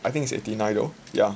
I think it's eighty nine though yeah